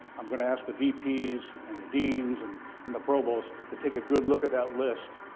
i'm going to ask the vps and the deans and and the provost to take a good look at that list.